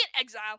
exile